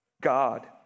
God